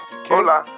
Hola